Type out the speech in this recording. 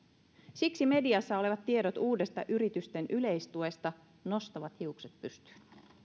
siksi mediassa olevat tiedot uudesta yritysten yleistuesta nostavat hiukset pystyyn